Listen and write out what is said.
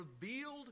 revealed